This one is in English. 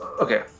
Okay